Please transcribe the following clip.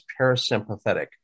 parasympathetic